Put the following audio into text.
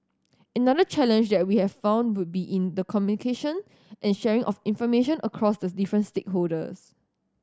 another challenge that we have found would be in communication and sharing of information across the different stakeholders